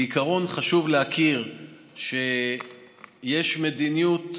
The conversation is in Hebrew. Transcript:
בעיקרון, חשוב להכיר בכך שיש מדיניות,